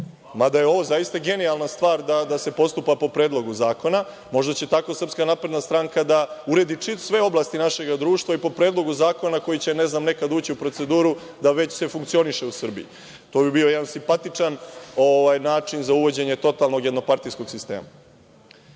mada je ovo zaista genijalna stvar da se postupa po Predlogu zakona. Možda će tako SNS da uredi sve oblasti našega društva i po predlogu zakona koji će nekad ući u proceduru da se već funkcioniše u Srbiji? To bi bio jedan simpatični način za uvođenje totalnog jednopartijskog sistema.U